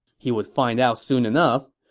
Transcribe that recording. he would find out soon enough.